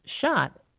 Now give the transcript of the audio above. shot